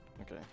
Okay